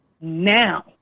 now